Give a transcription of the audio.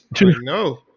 no